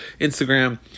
instagram